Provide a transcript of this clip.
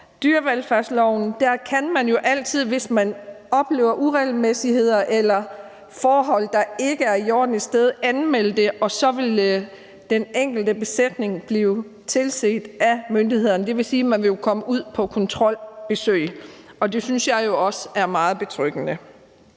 dyrevelfærdsloven jo altid, hvis man oplever uregelmæssigheder eller forhold, der ikke er i orden et sted, kan anmelde det, og så vil den enkelte besætning blive tilset af myndighederne. Det vil sige, at de vil komme ud på kontrolbesøg, og det synes jeg også er meget betryggende.